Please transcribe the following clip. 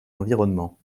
environnement